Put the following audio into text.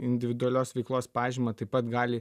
individualios veiklos pažymą taip pat gali